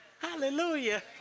Hallelujah